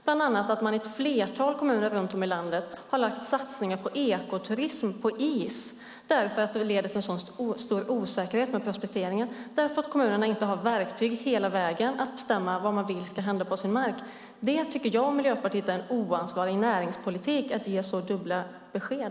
Bland annat har ett flertal kommuner runt om i landet lagt satsningar på ekoturism på is, därför att prospekteringen leder till så stor osäkerhet och därför att kommunerna inte har verktyg hela vägen att bestämma vad som ska hända på sin mark. Jag och Miljöpartiet tycker att det är en oansvarig näringspolitik att ge så dubbla besked.